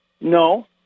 No